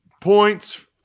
points